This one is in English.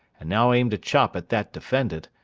and now aimed a chop at that defendant,